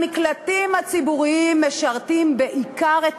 המקלטים הציבוריים משרתים בעיקר את